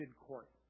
court